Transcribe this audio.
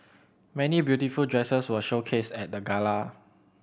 many beautiful dresses were showcased at the gala